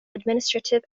administrative